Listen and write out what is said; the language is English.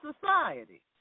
society